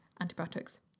antibiotics